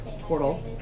portal